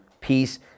peace